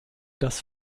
das